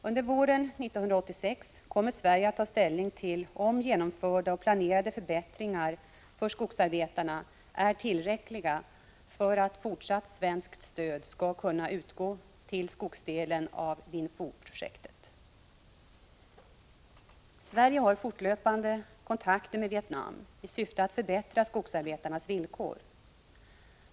Under våren 1986 kommer Sverige att ta ställning till om genomförda och planerade förbättringar för skogsarbetarna är tillräckliga för att fortsatt svenskt stöd skall kunna utgå till skogsdelen av Vinh Phu-projektet. Sverige har fortlöpande kontakter med Vietnam i syfte att förbättra skogsarbetarnas villkor.